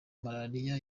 malariya